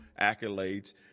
accolades